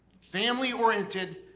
Family-oriented